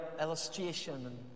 illustration